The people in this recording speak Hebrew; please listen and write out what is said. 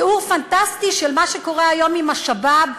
תיאור פנטסטי של מה שקורה היום עם השבאב,